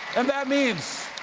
and that means,